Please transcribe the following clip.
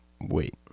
wait